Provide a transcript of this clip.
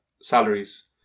salaries